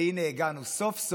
הינה, הגענו סוף-סוף